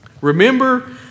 Remember